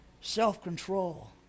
self-control